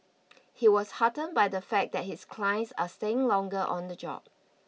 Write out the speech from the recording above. he was heartened by the fact that his clients are staying longer on the job